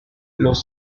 los